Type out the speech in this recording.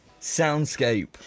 soundscape